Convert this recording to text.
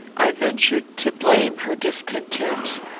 i ventured to blame her discontent,